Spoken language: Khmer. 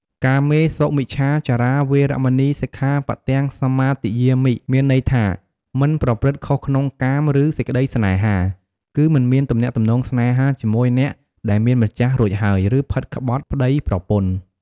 កាមេសុមិច្ឆាចារា វេរមណី សិក្ខាបទំ សមាទិយាមិ មានន័យថា មិនប្រព្រឹត្តខុសក្នុងកាម ឬសេចក្តីស្នេហា គឺមិនមានទំនាក់ទំនងស្នេហាជាមួយអ្នកដែលមានម្ចាស់រួចហើយ ឬផិតក្បត់ប្តីប្រពន្ធ។